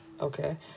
okay